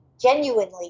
genuinely